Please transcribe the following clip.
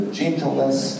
gentleness